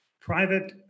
private